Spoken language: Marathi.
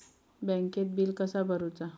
बँकेत बिल कसा भरुचा?